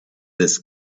this